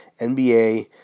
NBA